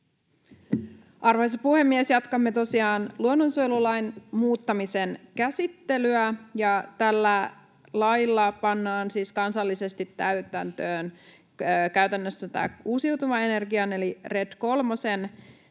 Arvoisa puhemies! Jatkamme tosiaan luonnonsuojelulain muuttamisen käsittelyä. Tällä lailla pannaan siis kansallisesti täytäntöön käytännössä uusiutuvan energian eli RED